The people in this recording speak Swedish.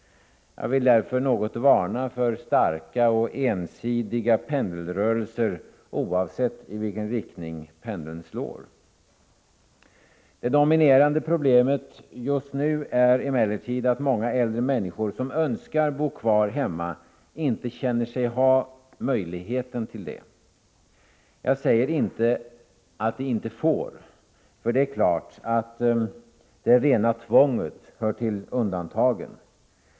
Jag vill något varna för starka och ensidiga pendelrörelser oavsett i vilken riktning pendeln slår. Det dominerande problemet just nu är emellertid att många äldre människor som önskar bo kvar hemma inte känner sig ha möjlighet till detta. Jag säger inte att de inte får, för det rena tvånget hör till undantagen.